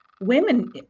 women